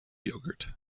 yogurt